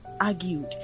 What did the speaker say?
argued